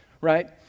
Right